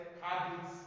habits